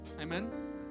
Amen